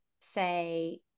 say